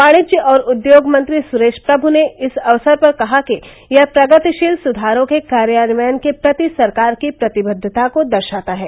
वाणिज्य और उद्योग मंत्री सुरेश प्रमू ने इस अवसर पर कहा कि यह प्रगतिशील सुधारों के कार्यान्वयन के प्रति सरकार की प्रतिबद्वता को दर्शाता है